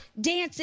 dancing